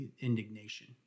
indignation